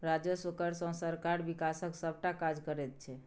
राजस्व कर सँ सरकार बिकासक सभटा काज करैत छै